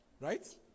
Right